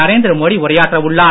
நரேந்திர மோடி உரையாற்ற உள்ளார்